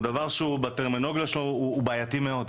הוא דבר שבטרמינולוגיה שלו הוא בעייתי מאוד.